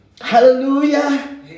Hallelujah